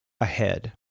ahead